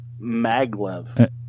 maglev